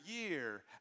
year